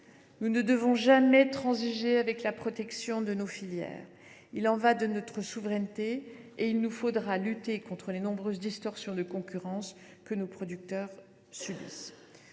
Nous ne devons jamais transiger avec la protection de nos filières. Il y va de notre souveraineté. Aussi faudra t il lutter contre les nombreuses distorsions de concurrence dont souffrent